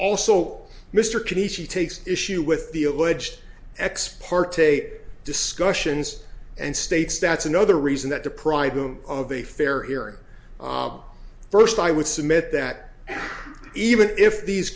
cooney she takes issue with the alleged ex parte discussions and states that's another reason that deprive them of a fair hearing first i would submit that even if these